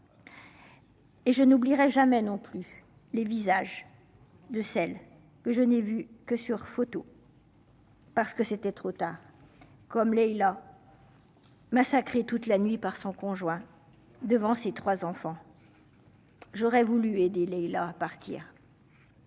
Et je n'oublierai jamais non plus les visages de celles que je n'ai vu que sur photo. Parce que c'était trop tard. Comme il a. Massacré toute la nuit par son conjoint, devant ses trois enfants. J'aurais voulu aider Leila à partir.